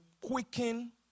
quicken